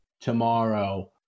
tomorrow